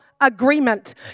agreement